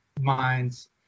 minds